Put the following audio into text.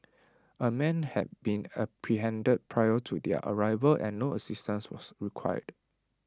A man had been apprehended prior to their arrival and no assistance was required